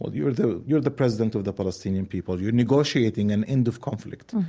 ah you're the you're the president of the palestinian people. you're negotiating an end of conflict.